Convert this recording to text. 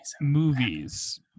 movies